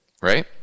Right